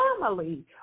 family